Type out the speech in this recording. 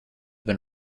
been